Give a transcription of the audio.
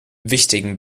wichtigen